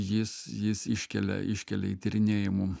jis jis iškelia iškelia į tyrinėjimų